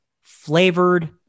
flavored